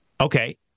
okay